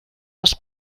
les